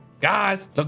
guys